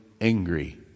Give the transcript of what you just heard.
angry